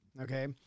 okay